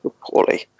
poorly